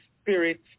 spirit